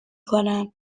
کنم